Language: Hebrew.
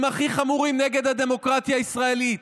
הכי חמורים נגד הדמוקרטיה הישראלית.